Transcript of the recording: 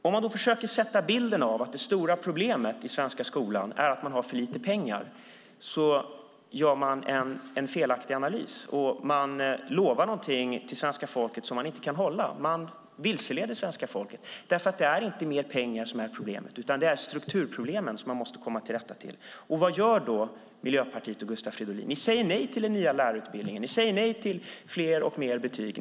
Om man försöker måla upp en bild av att det stora problemet i den svenska skolan är att man har för lite pengar gör man en felaktig analys. Man lovar svenska folket något som man inte kan hålla; man vilseleder svenska folket. Det är inte pengar som är problemet. Det är strukturproblemen som man måste komma till rätta med. Vad gör Miljöpartiet och Gustav Fridolin? Ni säger nej till den nya lärarutbildningen. Ni säger nej till fler och mer betyg.